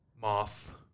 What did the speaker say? Moth